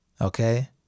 Okay